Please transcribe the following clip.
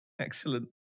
Excellent